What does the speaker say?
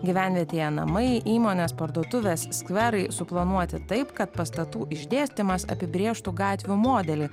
gyvenvietėje namai įmonės parduotuvės skverai suplanuoti taip kad pastatų išdėstymas apibrėžtų gatvių modelį